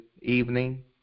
evening